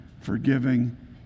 forgiving